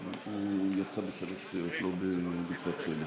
הם עשו דברים הרבה יותר גרועים מלהניף כרזות.